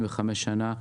75 שנה,